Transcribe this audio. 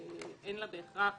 ואין לה בהכרח